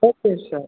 okay sir